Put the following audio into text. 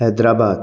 Hyderabad